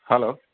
hello